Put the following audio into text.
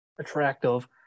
attractive